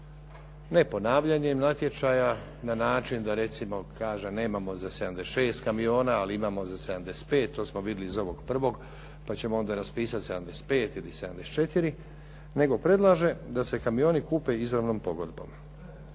Ne ponavljanjem natječaja na način da recimo kaže nemamo za 76 kamiona, ali imamo za 75, to smo vidjeli iz ovog prvog, pa ćemo onda raspisati za 75 ili 74, nego predlaže da se kamioni kupe izravnom pogodbom.